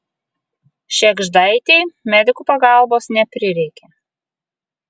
šėgždaitei medikų pagalbos neprireikė